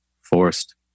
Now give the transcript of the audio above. forced